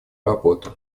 работу